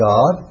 God